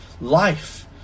life